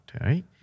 right